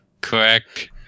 Correct